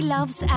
Loves